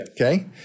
Okay